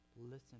Listen